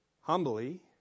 humbly